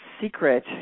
Secret